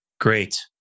Great